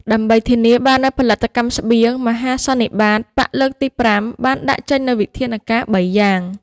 ដើម្បីធានាបាននូវផលិតកម្មស្បៀង មហាសន្និបាតបក្សលើកទី៥ បានដាក់ចេញនូវវិធានការបីយ៉ាង។